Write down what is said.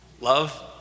Love